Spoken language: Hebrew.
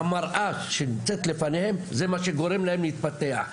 המראה שנמצאת לפניהם זה מה שגורם להם להתפתח,